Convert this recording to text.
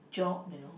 job you know